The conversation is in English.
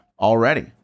Already